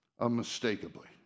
unmistakably